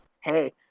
hey